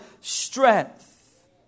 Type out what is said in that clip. strength